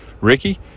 Ricky